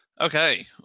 Okay